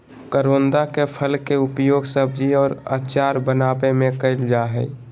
करोंदा के फल के उपयोग सब्जी और अचार बनावय में कइल जा हइ